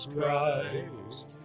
Christ